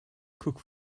cook